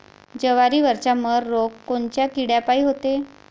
जवारीवरचा मर रोग कोनच्या किड्यापायी होते?